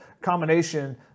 combination